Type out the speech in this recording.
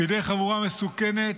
בידי חבורה מסוכנת,